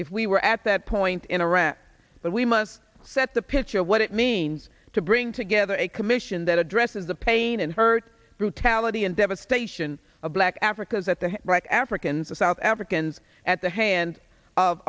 if we were at that point in iraq but we must set the picture of what it means to bring together a commission that addresses the pain and hurt brutality and devastation of black africans at the right africans the south africans at the hands of